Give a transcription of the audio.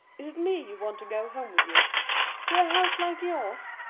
is it me you want to go home with you to a house like yours?